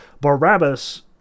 Barabbas